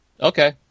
Okay